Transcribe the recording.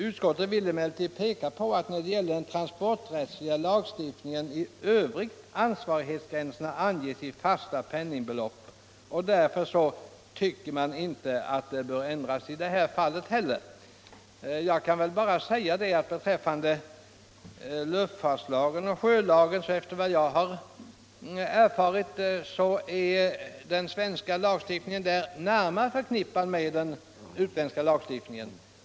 Utskottet vill emellertid peka på att när det gäller den transporträttsliga lagstiftningen i övrigt ansvarighetsgränserna anges i fasta penningbelopp ===.” Därför anser utskottet att det inte bör göras någon ändring i det här fallet heller. Jag kan bara säga att beträffande luftfartslagen och sjölagen är den svenska lagstiftningen, efter vad jag har erfarit, närmare förknippad med den utländska lagstiftningen.